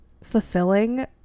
fulfilling